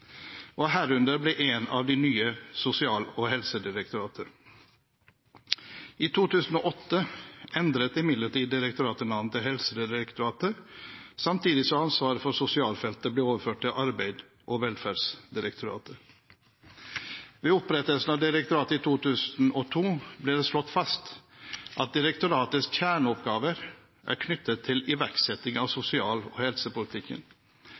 herunder ble en av de nye Sosial- og helsedirektoratet. I 2008 endret imidlertid direktoratet navn til Helsedirektoratet, samtidig som ansvaret for sosialfeltet ble overført til Arbeids- og velferdsdirektoratet. Ved opprettelsen av direktoratet i 2002 ble det slått fast at direktoratets kjerneoppgaver er knyttet til iverksetting av sosial- og helsepolitikken.